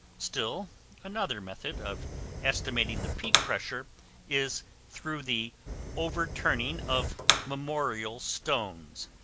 still another method of estimating the peak pressure is through the overturning of memorial stones,